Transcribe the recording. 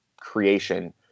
creation